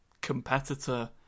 competitor